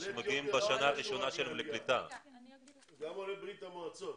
גם לגבי עולים מברית המועצות,